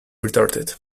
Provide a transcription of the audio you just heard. retorted